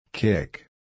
Kick